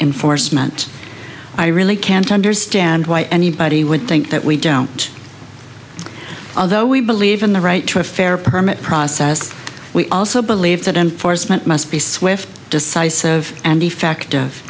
enforcement i really can't understand why anybody would think that we don't although we believe in the right to a fair permit process we also believe that enforcement must be swift decisive and